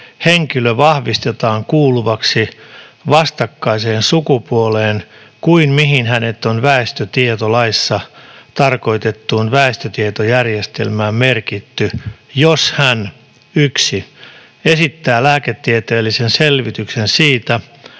henkilö vahvistetaan kuuluvaksi vastakkaiseen sukupuoleen kuin mihin hänet on väestötietolaissa tarkoitettuun väestötietojärjestelmään merkitty, jos hän esittää lääketieteellisen selvityksen siitä,